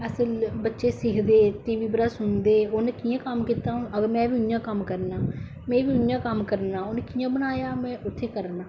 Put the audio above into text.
अस बच्चे सिखदे टीवी उप्परा सुनदे उनें कियां कम्म कीता में बी उआं गै कम्म करना में बी उंआ कम्म करना उनें कियां बनाया में उत्थै करना